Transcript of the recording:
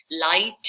light